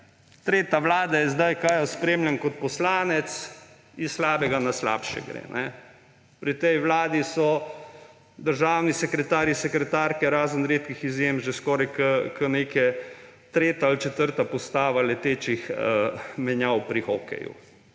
Tretja vlada je zdaj, odkar jih spremljam kot poslanec – s slabega na slabše gre. Pri tej vladi so državni sekretarji, sekretarke, razen redkih izjem, že skoraj kot neka tretja ali četrta postava letečih menjav pri hokeju,